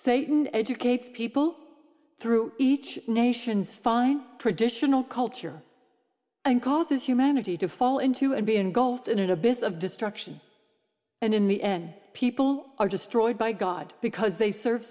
satan educates people through each nation's fine traditional culture and causes humanity to fall into and be engulfed in an abyss of destruction and in the n people are destroyed by god because they serve